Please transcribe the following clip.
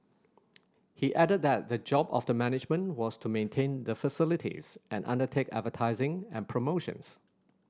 he added that the job of the management was to maintain the facilities and undertake advertising and promotions